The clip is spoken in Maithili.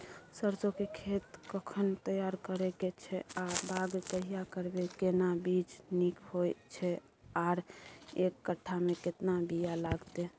सरसो के खेत कखन तैयार करै के छै आ बाग कहिया करबै, केना बीज नीक होय छै आर एक कट्ठा मे केतना बीया लागतै?